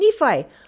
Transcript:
Nephi